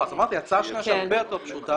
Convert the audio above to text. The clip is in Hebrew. אז ההצעה השנייה שהיא הרבה יותר פשוטה,